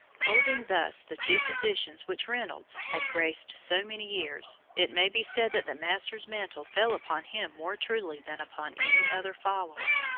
holding thus the two positions which reynolds had graced so many years it may be said that the master's mantle fell upon him more truly than upon any other follower.